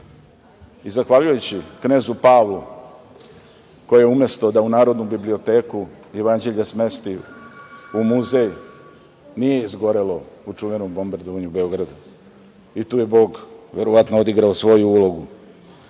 i zahvaljujući knezu Pavlu koji umesto da u Narodnu biblioteku Jevanđelje smesti u muzej nije izgorelo u čuvenom bombardovanja. Tu je Bog verovatno odigrao svoju ulogu.